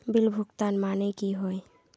Bill भुगतान माने की होय?